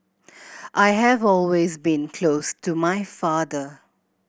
I have always been close to my father